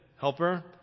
helper